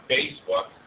Facebook